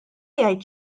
jgħid